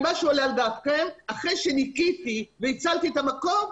עם כל מה שעולה על דעתכם אבל אחרי שניקיתי והצלתי את המקום,